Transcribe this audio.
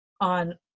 on